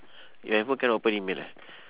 your handphone cannot open email ah